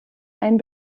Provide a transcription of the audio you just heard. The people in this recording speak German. einen